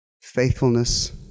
faithfulness